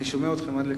אני שומע אתכם עד לכאן.